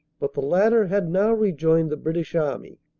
but the latter had now rejoined the british army.